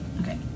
Okay